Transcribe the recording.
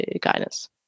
guidance